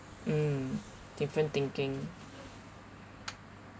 mm different thinking